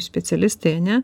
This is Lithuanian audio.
specialistai ane